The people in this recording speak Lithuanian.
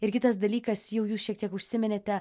ir kitas dalykas jau jūs šiek tiek užsiminėte